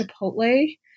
Chipotle